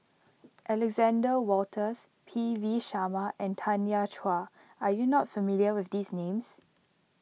Alexander Wolters P V Sharma and Tanya Chua are you not familiar with these names